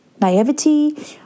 naivety